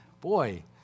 Boy